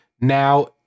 now